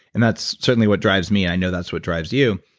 and that's certainly what drives me. i know that's what drives you.